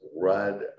Red